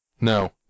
No